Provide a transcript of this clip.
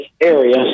area